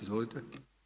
Izvolite!